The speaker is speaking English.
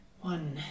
one